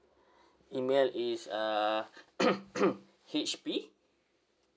email is uh H P